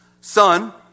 son